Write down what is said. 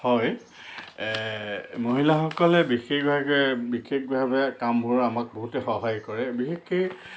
হয় মহিলাসকলে বিশেষভাগে বিশেষভাৱে কামবোৰ আমাক বহুতে সহায় কৰে বিশেষকৈ